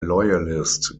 loyalist